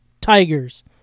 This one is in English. Tigers